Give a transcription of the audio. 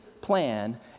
plan